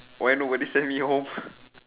why nobody send me home